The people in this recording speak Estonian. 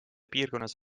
piirkonnas